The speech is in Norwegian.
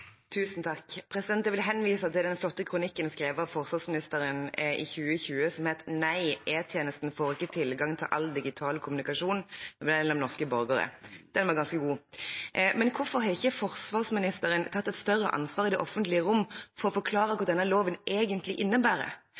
Jeg vil henvise til den flotten kronikken som ble skrevet av forsvarsministeren i år, som heter «Nei, E-tjenesten får ikke tilgang til all digital kommunikasjon mellom norske borgere». Den var ganske god. Men hvorfor har ikke forsvarsministeren tatt et større ansvar i det offentlige rom for å forklare hva denne loven egentlig innebærer,